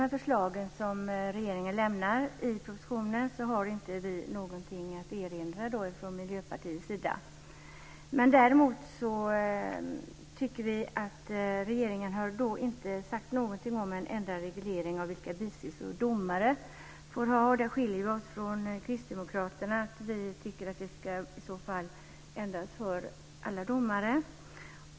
Mot de förslag som regeringen lämnar i propositionen har vi inget att erinra från Miljöpartiets sida. Men regeringen har inte sagt någonting om en ändrad reglering av vilka bisysslor domare får ha. Där skiljer vi oss från Kristdemokraterna. Vi tycker att det ska ändras till att gälla för alla domare.